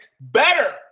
better